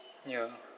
ya